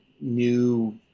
new –